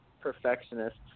perfectionist